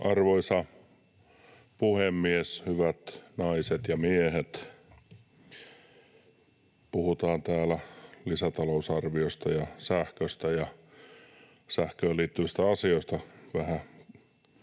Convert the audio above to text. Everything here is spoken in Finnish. Arvoisa puhemies! Hyvät naiset ja miehet! Puhutaan täällä lisätalousarviosta ja sähköstä ja sähköön liittyvistä asioista. Vähän